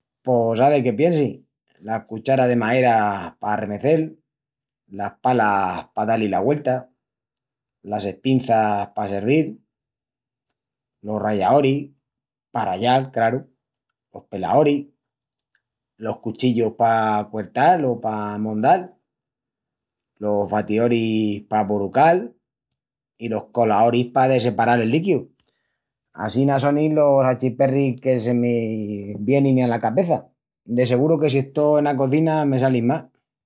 Pos ave que piensi: la cuchara de maera pa arremecel, las palas pa da-li la güelta, las espinças pa servil, los rallaoris, pa rallal, craru, los pelaoris, los cuchillus pa cuertal o pa mondal, los batioris pa borucal i los colaoris pa desseparal el liquíu. Assina sonin los achiperris que se me vienin ala cabeça. De seguru que si estó ena cozina me salin más.